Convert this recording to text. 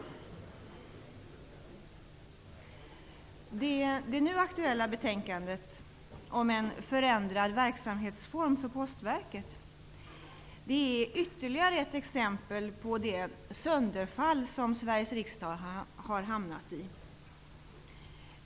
Det nu aktuella betänkandet om en förändrad verksamhetsform för Postverket är ytterligare ett exempel på det sönderfall som Sveriges riksdag har hamnat i.